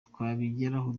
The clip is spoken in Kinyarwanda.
twabigeraho